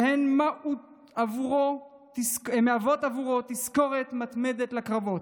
והן מהוות עבורו תזכורת מתמדת לקרבות.